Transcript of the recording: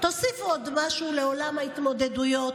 תוסיפו עוד משהו לעולם ההתמודדויות.